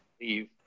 leave